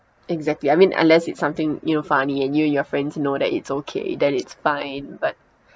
exactly I mean unless it's something you know funny and you and your friends know that it's okay then it's fine but